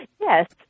Yes